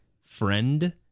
friend